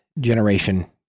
generation